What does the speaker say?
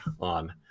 on